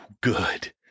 good